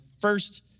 first